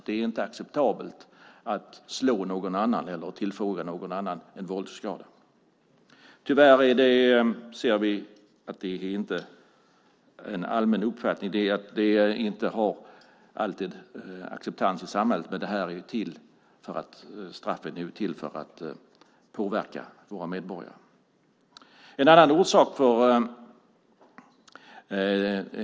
Det är inte acceptabelt att slå någon annan eller tillfoga någon annan en våldsskada. Tyvärr ser vi att det inte är en allmän uppfattning och inte alltid har acceptans i samhället, men straffen är ju till för att påverka våra medborgare.